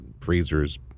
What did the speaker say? freezers